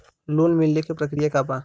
Loan मिलेला के प्रक्रिया का बा?